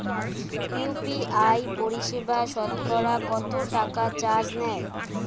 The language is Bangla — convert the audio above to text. ইউ.পি.আই পরিসেবায় সতকরা কতটাকা চার্জ নেয়?